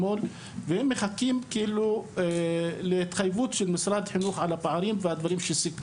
והם מחכים להתחייבות של משרד החינוך על הפערים ועל הדברים שסוכמו.